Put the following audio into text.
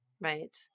right